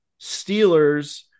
Steelers